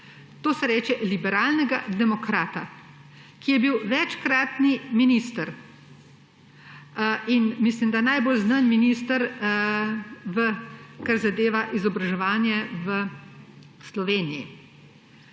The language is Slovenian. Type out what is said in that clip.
To se reče, liberalnega demokrata, ki je bil večkratni minister in mislim, da najbolj znan minister, kar zadeva izobraževanje v Sloveniji.